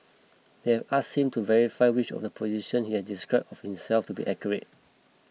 they have ask him to verify which of the position he has describe of himself to be accurate